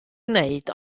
wneud